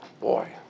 Boy